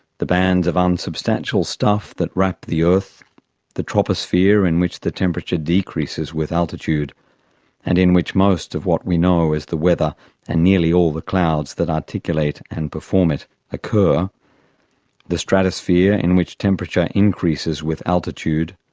the bands of unsubstantial stuff that wrap the earth the troposphere, in which the temperature decreases with altitude and in which most of what we know as the weather and nearly all the clouds that articulate and perform it occur the stratosphere in which temperature increases with altitude,